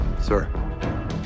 sir